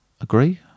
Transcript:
agree